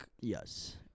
Yes